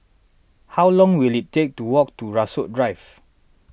how long will it take to walk to Rasok Drive